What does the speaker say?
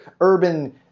urban